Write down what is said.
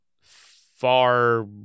far